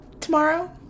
tomorrow